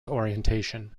orientation